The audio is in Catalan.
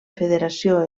federació